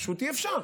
פשוט אי-אפשר.